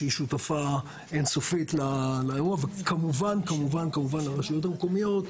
שהיא שותפה אין סופית לאירוע וכמובן כמובן לרשויות המקומיות,